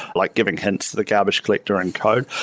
like giving hints the garbage collector encode.